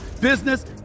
business